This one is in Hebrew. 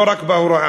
לא רק בהוראה,